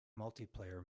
multiplayer